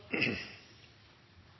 jeg